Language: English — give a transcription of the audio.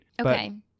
Okay